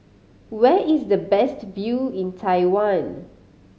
where is the best view in Taiwan